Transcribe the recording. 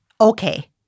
Okay